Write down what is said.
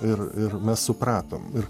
ir ir mes supratom ir